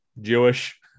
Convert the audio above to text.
Jewish